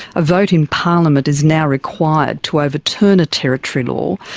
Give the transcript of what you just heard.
a vote in parliament is now required to overturn a territory law.